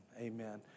amen